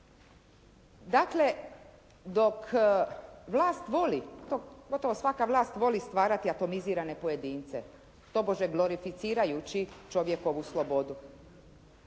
Dakle, dok vlast voli, gotovo svaka vlast voli stvarati atomizirane pojedince. Tobože glorificirajući čovjekovu slobodu.